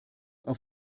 auf